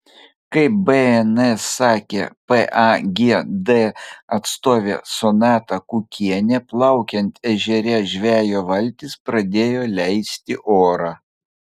kaip bns sakė pagd atstovė sonata kukienė plaukiant ežere žvejo valtis pradėjo leisti orą